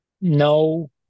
No